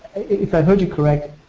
if i heard you correct,